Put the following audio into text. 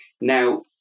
Now